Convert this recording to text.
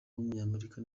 w’umunyamerika